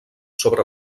sobre